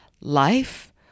life